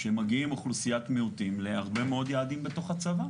שמגיעה אוכלוסיית מיעוטים להרבה מאוד יעדים בתוך הצבא,